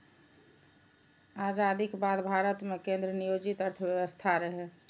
आजादीक बाद भारत मे केंद्र नियोजित अर्थव्यवस्था रहै